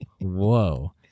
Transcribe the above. Whoa